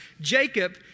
Jacob